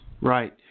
Right